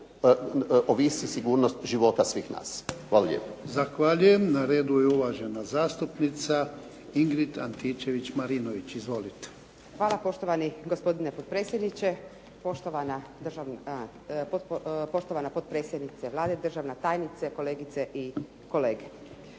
ovisi sigurnost života svih nas. Hvala lijepo.